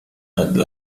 had